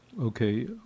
Okay